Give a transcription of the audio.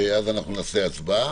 נעשה הצבעה.